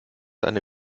eine